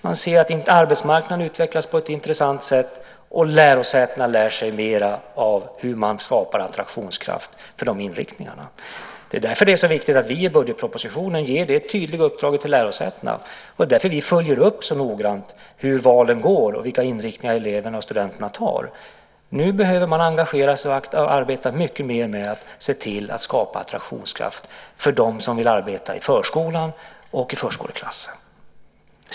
Man ser att arbetsmarknaden utvecklas på ett intressant sätt, och lärosätena lär sig mer av hur man skapar attraktionskraft för de inriktningarna. Det är därför det är så viktigt att vi i budgetpropositionen ger det tydliga uppdraget till lärosätena. Det är därför vi följer upp så noggrant vilka inriktningar eleverna och studenterna väljer. Nu behöver man engagera sig i att arbeta mycket mer med att se till att skapa attraktionskraft för dem som vill arbeta i förskolan och i förskoleklassen.